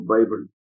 Bible